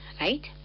right